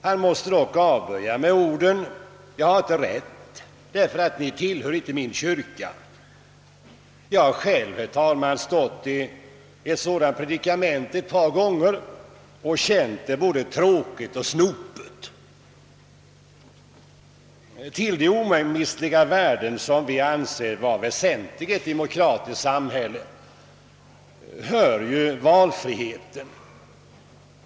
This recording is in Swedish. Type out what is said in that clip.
Han måste dock avböja att viga dem med orden: »Jag har inte rätt att göra det, eftersom ni inte tillhör min kyrka.» Jag har själv, herr talman, befunnit mig i ett sådant predikament ett par gånger och känt det både tråkigt och snopet. Till de omistliga värden som vi anser vara väsentliga i ett demokratiskt samhälle hör ju valfriheten.